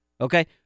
okay